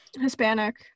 hispanic